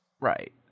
Right